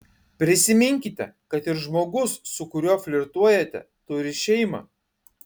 prisiminkite kad ir žmogus su kuriuo flirtuojate turi šeimą